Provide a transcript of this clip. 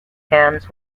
thames